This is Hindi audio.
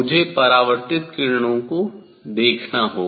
मुझे परावर्तित किरणों को देखना होगा